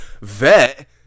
vet